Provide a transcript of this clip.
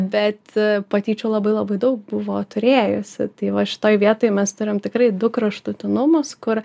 bet patyčių labai labai daug buvo turėjusi tai va šitoj vietoj mes turim tikrai du kraštutinumus kur